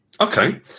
Okay